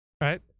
right